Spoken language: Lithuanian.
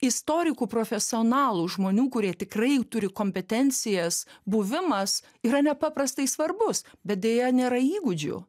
istorikų profesionalų žmonių kurie tikrai turi kompetencijas buvimas yra nepaprastai svarbus bet deja nėra įgūdžių